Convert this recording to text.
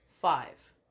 five